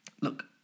look